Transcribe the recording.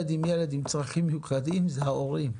עם ילד עם צרכים מיוחדים זה ההורים.